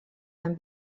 amb